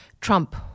Trump